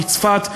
בצפת,